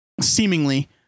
Seemingly